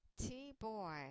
T-boy